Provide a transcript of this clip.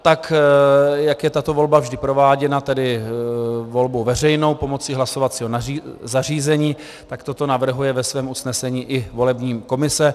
Tak jak je tato volba vždy prováděna, tedy volbou veřejnou pomocí hlasovacího zařízení, tak toto navrhuje ve svém usnesení i volební komise.